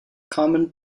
common